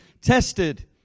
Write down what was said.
tested